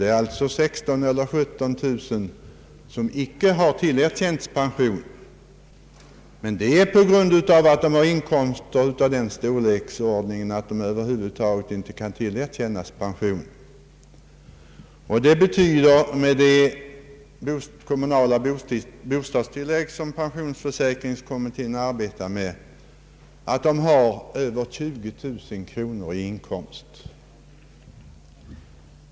Det är alltså 16 000 eller 17 000 änkor som icke har tillerkänts pension, men detta beror på att de har inkomster av den storleksordningen att de efter inkomstprövningen inte kan tillerkännas pension. Med det kommunala bostadstillägg som pensionsförsäkringskommittén räknar med betyder detta att de har över 20 000 kronor i inkomst.